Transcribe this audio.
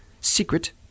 secret